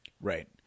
Right